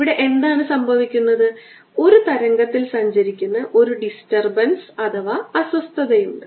ഇവിടെ എന്താണ് സംഭവിക്കുന്നത് ഒരു തരംഗത്തിൽ സഞ്ചരിക്കുന്ന ഒരു ഡിസ്റ്റർബൻസ് അഥവാ അസ്വസ്ഥതയുണ്ട്